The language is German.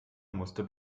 musste